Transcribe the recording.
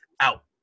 out